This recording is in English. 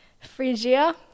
Phrygia